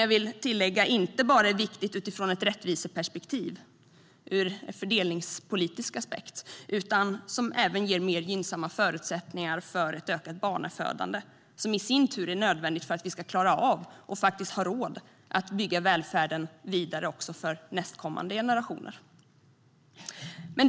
Jag vill tillägga att detta är viktigt inte bara utifrån ett rättviseperspektiv, ur en fördelningspolitisk aspekt, utan det ger även mer gynnsamma förutsättningar för ett ökat barnafödande. Det är i sin tur nödvändigt för att vi ska klara av och faktiskt ha råd att bygga välfärden vidare också för nästkommande generationer.